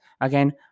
again